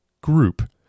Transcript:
group